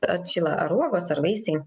atšyla ar uogos ar vaisiai